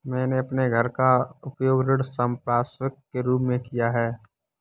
मैंने अपने घर का उपयोग ऋण संपार्श्विक के रूप में किया है